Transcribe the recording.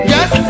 Yes